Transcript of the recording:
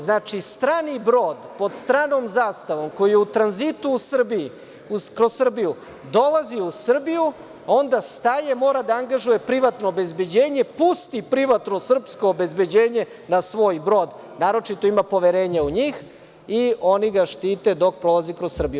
Znači, strani brod pod stranom zastavom koji je u tranzitu kroz Srbiji, dolazi u Srbiji, onda staje, mora da angažuje privatno obezbeđenje, pusti privatno srpsko obezbeđenje na svoj brod, naročito ima poverenje u njih i oni ga štite dok prolazi kroz Srbiju.